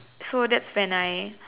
so that's when I